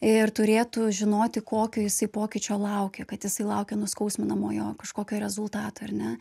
ir turėtų žinoti kokio jisai pokyčio laukia kad jisai laukia nuskausminamojo kažkokio rezultato ar ne